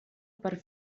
per